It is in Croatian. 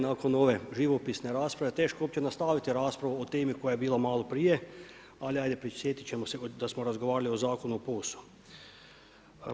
Nakon ove živopisne rasprave teško uopće nastaviti raspraviti o temi koja je bila maloprije, ali ajde prisjetit ćemo se da smo razgovarali o zakonu o POS-u.